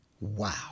Wow